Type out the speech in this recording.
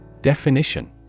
Definition